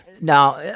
Now